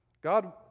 God